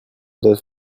those